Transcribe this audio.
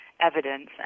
evidence